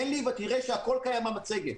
רק תן לי ותראה שהכול קיים במצגת.